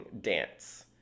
dance